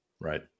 Right